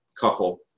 couple